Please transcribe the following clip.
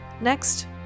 Next